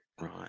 Right